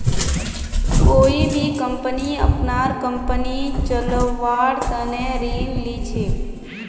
कोई भी कम्पनी अपनार कम्पनी चलव्वार तने ऋण ली छेक